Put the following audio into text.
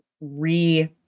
re-